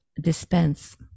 dispense